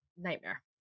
Nightmare